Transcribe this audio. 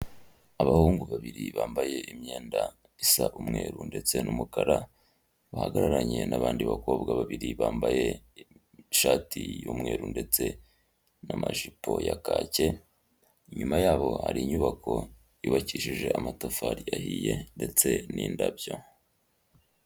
Abahungu babiri bambaye imyenda isa umweru ndetse n'umukara, bahagararanye n'abandi bakobwa babiri bambaye ishati y'umweru ndetse n'amajipo ya kake, inyuma yabo hari inyubako yubakishije amatafari ahiye ndetse n'indabyo.